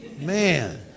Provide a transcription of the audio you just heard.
man